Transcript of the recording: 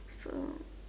so